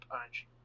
punch